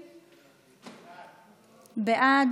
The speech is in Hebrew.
(תיקון מס' 6),